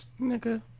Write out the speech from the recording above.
nigga